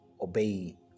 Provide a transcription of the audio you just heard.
obey